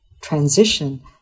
transition